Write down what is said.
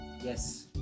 Yes